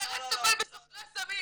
שהמשטרה תטפל בסוחרי סמים.